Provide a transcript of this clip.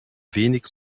wenig